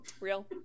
Real